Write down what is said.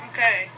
Okay